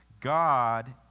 God